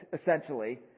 essentially